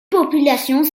populations